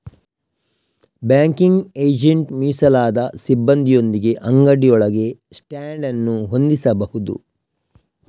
banking agent ಮೀಸಲಾದ ಸಿಬ್ಬಂದಿಯೊಂದಿಗೆ ಅಂಗಡಿಯೊಳಗೆ ಸ್ಟ್ಯಾಂಡ್ ಅನ್ನು ಹೊಂದಿಸಬಹುದು